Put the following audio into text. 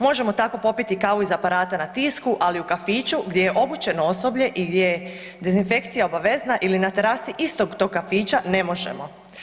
Možemo tako popiti kavu iz aparata na tisku, ali u kafiću gdje je obučeno osoblje i gdje je dezinfekcija obavezna ili na terasi istog tog kafića, ne možemo.